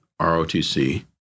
ROTC